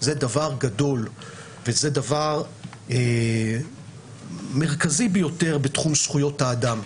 זה דבר גדול וזה דבר מרכזי ביותר בתחום זכויות האדם,